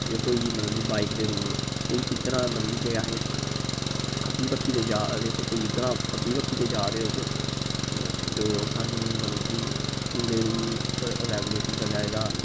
जे कोई मतलब कि बाइक दे रूल कोई इद्धरा मतलब जे असें खब्बी बक्खी दे जा दे कोई उद्धरा खब्बी बक्खी दे जा दे होग ते ओह् सानूं मतलब कि पूरे रूल रेगूलेशन चलै एह्दा